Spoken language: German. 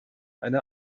eine